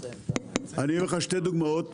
אתן לך שתי דוגמאות.